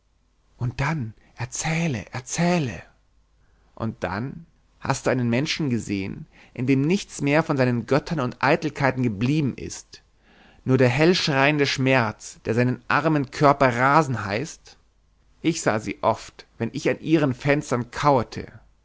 und dann erzähle erzähle und dann hast du einen menschen gesehn in dem nichts mehr von seinen göttern und eitelkeiten geblieben ist nur der hell schreiende schmerz der seinen armen körper rasen heißt ich sah sie oft wenn ich an ihren fenstern kauerte